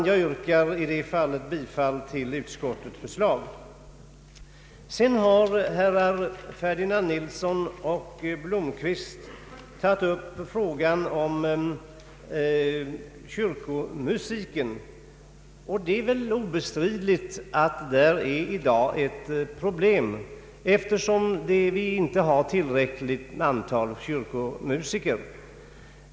Jag ber att på den punkten få yrka bifall till utskottets förslag. Sedan har herr Ferdinand Nilsson och herr Blomquist tagit upp frågan om kyrkomusiken. Det är väl obestridligt att där i dag finns ett problem, eftersom vi inte har tillräckligt många kyrkomusiker.